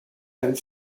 and